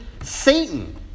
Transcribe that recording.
Satan